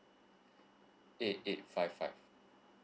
eight eight five five